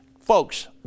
Folks